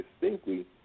distinctly